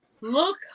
look